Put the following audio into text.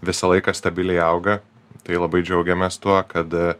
visą laiką stabiliai auga tai labai džiaugiamės tuo kad